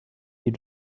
you